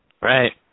Right